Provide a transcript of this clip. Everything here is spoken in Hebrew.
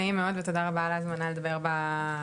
נעים מאוד ותודה רבה על ההזמנה לדבר בוועדה.